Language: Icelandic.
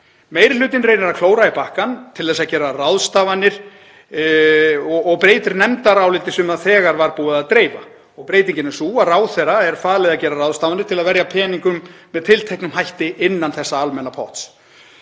Meiri hlutinn reynir að klóra í bakkann til að gera ráðstafanir og breytir nefndaráliti sem þegar var búið að dreifa og breytingin er sú að ráðherra er falið að gera ráðstafanir til að verja peningum með tilteknum hætti innan þessa almenna potts.